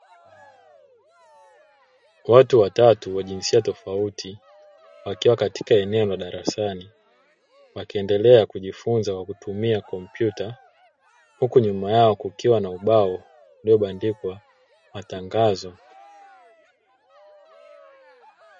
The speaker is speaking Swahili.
Watu watatu wa jinsia tofauti wakiwa katika eneo la darasani wakiendelea kujifunza na kutumia kompyuta huku nyuma yao kukiwa na ubao uliobandikwa matangazo.